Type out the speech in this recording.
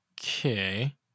Okay